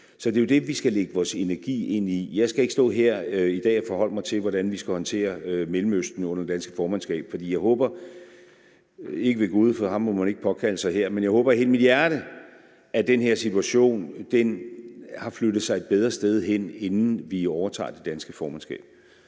Så det er jo det, vi skal lægge vores energi ind i. Jeg skal ikke stå her i dag og forholde mig til, hvordan vi skal håndtere Mellemøsten under det danske formandskab, for jeg håber, ikke ved gud, for ham må man ikke påkalde sig her, men jeg håber af hele mit hjerte, at den her situation har flyttet sig et bedre sted hen, inden vi overtager det danske formandskab.